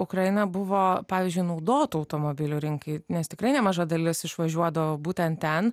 ukraina buvo pavyzdžiui naudotų automobilių rinkai nes tikrai nemaža dalis išvažiuodavo būtent ten